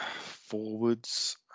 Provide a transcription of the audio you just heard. forwards